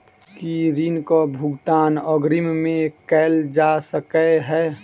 की ऋण कऽ भुगतान अग्रिम मे कैल जा सकै हय?